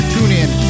TuneIn